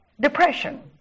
depression